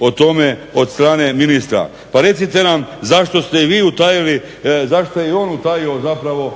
o tome od strane ministra. Pa recite nam zašto ste vi utajili, zašto je on utajio zapravo